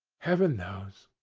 heaven knows!